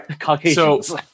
Caucasians